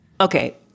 Okay